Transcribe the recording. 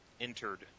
entered